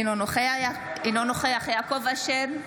אינו נוכח יעקב אשר,